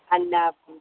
اللہ حافظ